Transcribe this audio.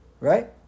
Right